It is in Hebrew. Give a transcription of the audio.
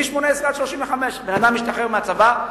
מ-18 עד 35. בן-אדם משתחרר מהצבא,